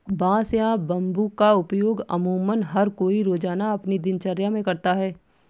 बांस या बम्बू का उपयोग अमुमन हर कोई रोज़ाना अपनी दिनचर्या मे करता है